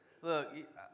Look